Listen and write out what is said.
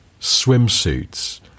swimsuits